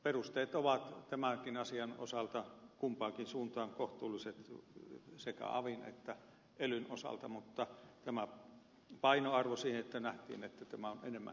perusteet ovat tämänkin asian osalta kumpaankin suuntaan kohtuulliset sekä avin että elyn osalta mutta tämän painoarvo nähtiin niin että tämä on enemmän kehittämistehtävä